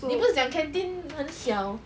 你不是讲 canteen 很小